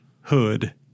hood